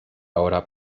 ahora